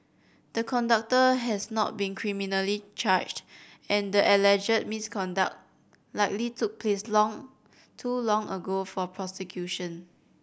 the conductor has not been criminally charged and the alleged misconduct likely took place long too long ago for prosecution